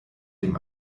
dem